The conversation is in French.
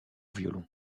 violon